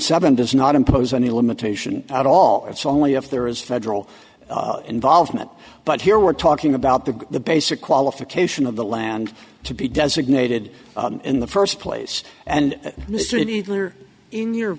seven does not impose any limitation at all it's only if there is federal involvement but here we're talking about the the basic qualification of the land to be designated in the first place and mr nadler in your